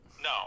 No